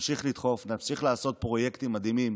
נמשיך לדחוף, נמשיך לעשות פרויקטים מדהימים